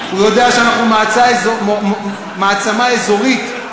הוא יודע שאנחנו מעצמה אזורית,